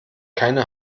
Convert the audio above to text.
keine